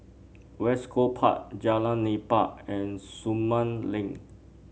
West Coast Park Jalan Nipah and Sumang Link